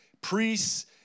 priests